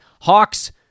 Hawks